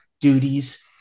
duties